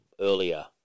earlier